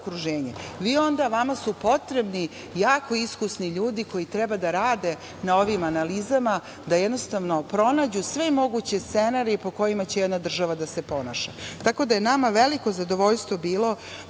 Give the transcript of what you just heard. su onda potrebni jako iskusni ljudi koji treba da rade na ovim analizama, da jednostavno pronađu sve moguće scenarije po kojima će jedna država da se ponaša. Nama je veliko zadovoljstvo bilo